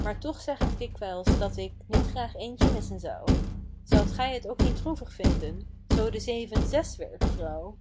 maar toch zeg ik dikwijls dat ik niet graag ééntje missen zou zoudt gij t ook niet droevig vinden zoo de zeven zes werd vrouw